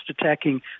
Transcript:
attacking